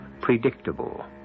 predictable